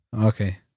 Okay